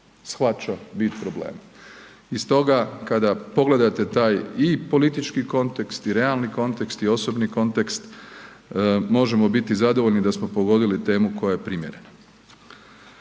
shvaća bit problema. I stoga kada pogledate taj i politički kontekst i realni kontekst i osobni kontekst možemo biti zadovoljni da smo pogodili temu koja je primjerena.